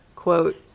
Quote